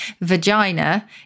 vagina